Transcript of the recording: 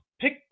Pick